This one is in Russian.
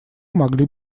могли